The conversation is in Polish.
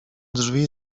drzwi